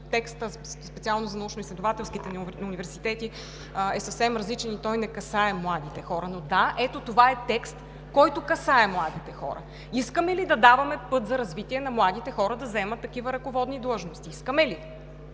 текстът, специално за научноизследователските университети, е съвсем различен и той не касае младите хора. Но – да, ето това е текст, който касае младите хора. Искаме ли да даваме път за развитие на младите хора да заемат такива ръководни длъжности? Искаме ли?